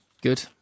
good